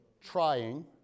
trying